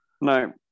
no